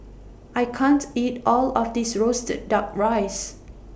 I can't eat All of This Roasted Duck Rice